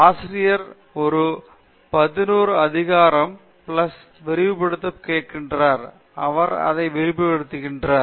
ஆசிரியர் ஒரு n அதிகாரம் ஒரு பிளஸ் விரிவுபடுத்த கேட்கிறார் அவர் இதை விரிவுபடுத்துகிறார்